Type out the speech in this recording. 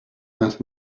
matter